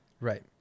right